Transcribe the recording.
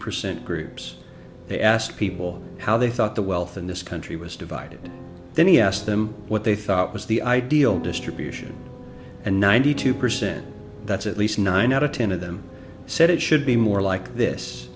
percent groups they asked people how they thought the wealth in this country was divided then he asked them what they thought was the ideal distribution and ninety two percent that's at least nine out of ten of them said it should be more like this